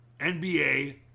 NBA